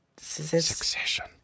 Succession